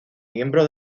miembro